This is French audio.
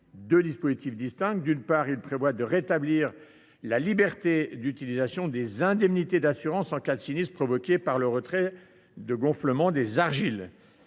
deux dispositifs distincts. D’une part, il rétablit la liberté d’utilisation des indemnités d’assurance en cas de sinistre provoqué par le phénomène de retrait gonflement des argiles.